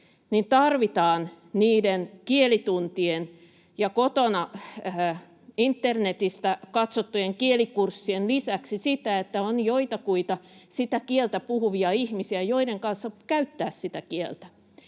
tarvitaan niiden kielituntien ja kotona internetistä katsottujen kielikurssien lisäksi sitä, että on joitakuita sitä kieltä puhuvia ihmisiä, joiden kanssa käyttää sitä kieltä.